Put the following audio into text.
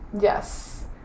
Yes